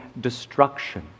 destruction